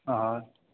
অঁ হয়